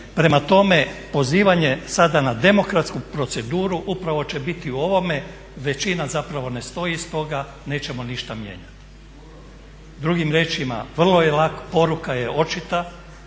Prema tome, pozivanje sada na demokratsku proceduru upravo će biti u ovome, većina zapravo ne stoji i stoga nećemo ništa mijenjati. Drugim riječima, poruka je očita